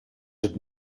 het